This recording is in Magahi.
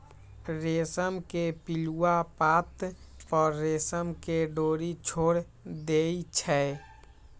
रेशम के पिलुआ पात पर रेशम के डोरी छोर देई छै